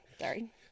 Sorry